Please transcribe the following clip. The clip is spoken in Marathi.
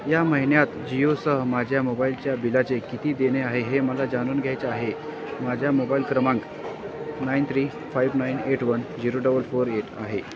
या महिन्यात जिओसह माझ्या मोबाईलच्या बिलाचे किती देणे आहे हे मला जाणून घ्यायचे आहे माझ्या मोबाईल क्रमांक nine three five nine eight one zero double four eight आहे